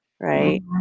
right